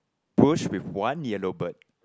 push with one yellow bird